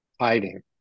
hiding